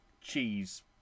cheese